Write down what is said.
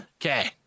Okay